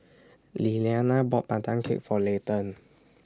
Lillianna bought Pandan Cake For Leighton